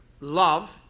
love